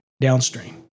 downstream